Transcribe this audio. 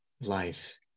life